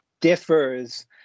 differs